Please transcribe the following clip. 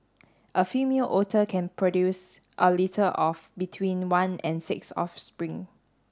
a female otter can produce a litter of between one and six offspring